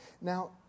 now